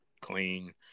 clean